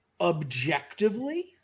Objectively